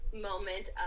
moment